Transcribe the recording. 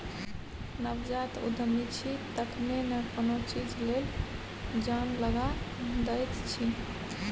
नवजात उद्यमी छी तखने न कोनो चीज लेल जान लगा दैत छी